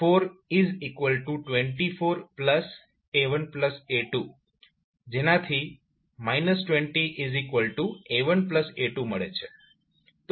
તો જો આપણે આ સમીકરણમાં t0 મૂકીએ તો આપણને v424A1A2 20A1A2 મળે છે